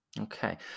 Okay